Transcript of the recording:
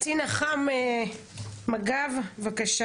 קצינת אח"מ מג"ב, בבקשה